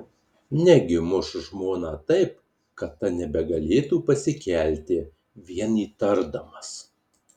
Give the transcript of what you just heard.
negi muš žmoną taip kad ta nebegalėtų pasikelti vien įtardamas